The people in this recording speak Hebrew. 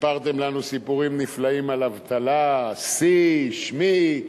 סיפרתם לנו סיפורים נפלאים על אבטלה, שיא, שמי.